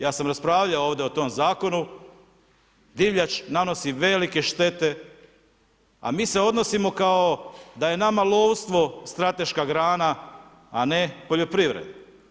Ja sam raspravljao ovdje o tome zakonu, divljač nanosi velike štete, a mi se odnosimo kao da je nama lovstvo strateška grana, a ne poljoprivreda.